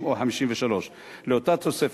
50 או 53 לאותה תוספת.